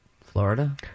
Florida